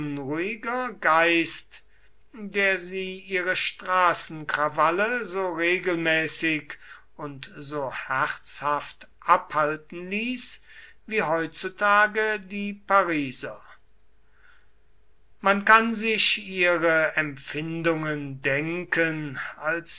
unruhiger geist der sie ihre straßenkrawalle so regelmäßig und so herzhaft abhalten ließ wie heutzutage die pariser man kann sich ihre empfindungen denken als